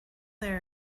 they